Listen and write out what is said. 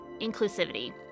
inclusivity